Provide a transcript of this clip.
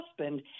husband